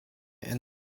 and